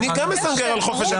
אני גם מסנגר על חופש הביטוי.